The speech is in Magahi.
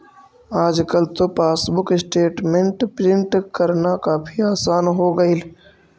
आजकल तो पासबुक स्टेटमेंट प्रिन्ट करना काफी आसान हो गईल